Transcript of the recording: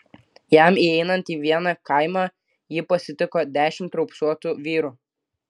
jam įeinant į vieną kaimą jį pasitiko dešimt raupsuotų vyrų